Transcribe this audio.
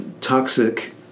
toxic